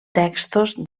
textos